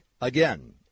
Again